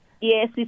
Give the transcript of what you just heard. Yes